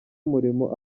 umurimo